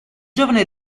giovane